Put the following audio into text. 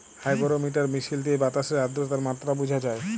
hygrometer মিশিল দিঁয়ে বাতাসের আদ্রতার মাত্রা বুঝা হ্যয়